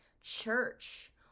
church